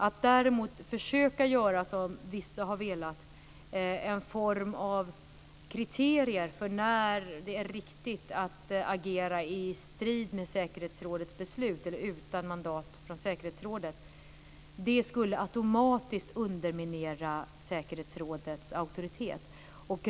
Att däremot försöka göra som vissa har velat, utarbeta en form av kriterier för när det är riktigt att agera i strid med säkerhetsrådets beslut eller utan mandat från säkerhetsrådet, skulle automatiskt underminera säkerhetsrådets auktoritet.